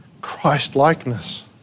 Christ-likeness